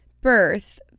Birth